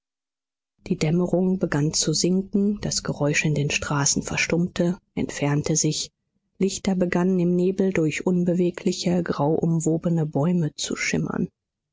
die dämmerung begann zu sinken das geräusch in den straßen verstummte entfernte sich lichter begannen im nebel durch unbewegliche grauumwobene bäume zu schimmern